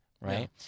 right